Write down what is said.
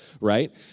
right